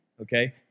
okay